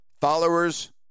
followers